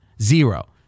Zero